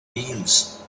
wiens